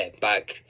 back